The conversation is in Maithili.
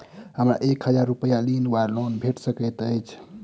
हमरा एक हजार रूपया ऋण वा लोन भेट सकैत अछि?